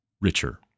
richer